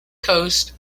coast